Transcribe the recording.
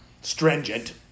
stringent